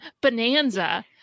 Bonanza